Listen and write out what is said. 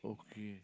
okay